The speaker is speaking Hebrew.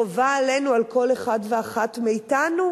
חובה עלינו, על כל אחד ואחת מאתנו,